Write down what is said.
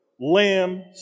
lamb